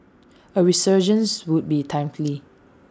A resurgence would be timely